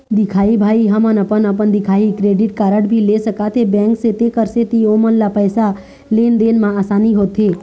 दिखाही भाई हमन अपन अपन दिखाही क्रेडिट कारड भी ले सकाथे बैंक से तेकर सेंथी ओमन ला पैसा लेन देन मा आसानी होथे?